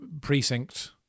precinct